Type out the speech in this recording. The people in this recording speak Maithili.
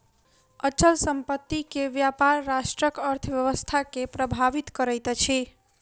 अचल संपत्ति के व्यापार राष्ट्रक अर्थव्यवस्था के प्रभावित करैत अछि